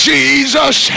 Jesus